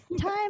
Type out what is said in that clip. time